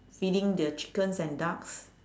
feeding the chickens and ducks